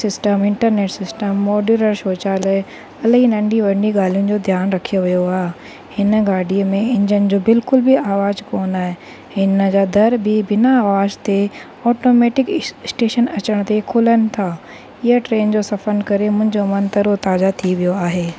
system internet system modular शौचालय भले ई नंढी वॾी ॻाल्हियुनि जो ध्यानु रखियो वियो आहे हिन गाॾीअ में इंजन जो बिल्कुलु बि आवाज़ु कोन आहे हिन जा दर बि बिना आवाज़ ते ऑटोमैटिक स्टेशन अचण ते खुलनि था ईअं ट्रेन जो सफ़रु करे मुंहिंजो मनु तरो ताज़ा थी वियो आहे